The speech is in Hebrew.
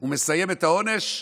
הוא מסיים את העונש.